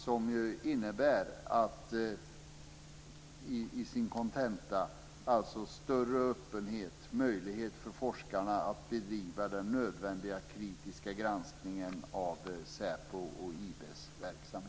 Kontentan är alltså att det är nödvändigt med en större öppenhet och med möjligheter för forskarna att bedriva nödvändig kritisk granskning av säpos och